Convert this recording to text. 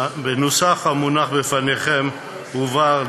בנוסח המונח לפניכם הובהר,